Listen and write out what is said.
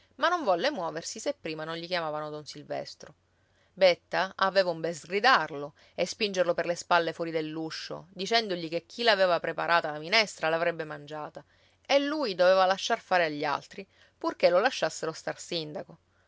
ma non volle muoversi se prima non gli chiamavano don silvestro betta aveva un bel sgridarlo e spingerlo per le spalle fuori dell'uscio dicendogli che chi l'aveva preparata la minestra l'avrebbe mangiata e lui doveva lasciar fare agli altri purché lo lasciassero star sindaco